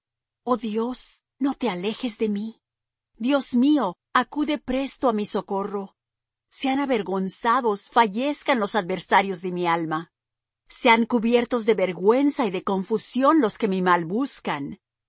oh dios no te alejes de mí dios mío acude presto á mi socorro sean avergonzados fallezcan los adversarios de mi alma sean cubiertos de vergüenza y de confusión los que mi mal buscan